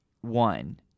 one